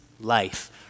life